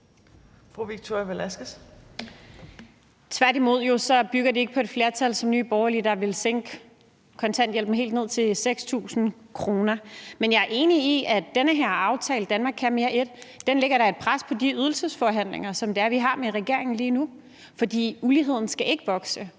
Tværtimod bygger det jo ikke på et flertal, når Nye Borgerlige vil sænke kontanthjælpen helt ned til 6.000 kr. Men jeg er enig i, at den her aftale, »Danmark kan mere I«, da lægger et pres på de ydelsesforhandlinger, som vi har med regeringen lige nu. For uligheden skal ikke vokse.